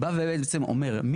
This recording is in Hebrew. זה בא בעצם ואומר,